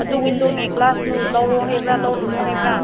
ꯑꯗꯨ ꯋꯤꯟꯗꯣꯒꯤ ꯒ꯭ꯂꯥꯁꯇꯨ ꯂꯧꯋꯣ ꯍꯥꯏꯕ꯭ꯔꯥ ꯂꯧꯒꯅꯣ ꯍꯥꯏꯕ꯭ꯔꯥ